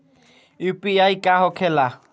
UPI का होखेला?